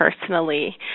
personally